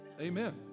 Amen